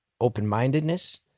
open-mindedness